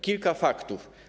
Kilka faktów.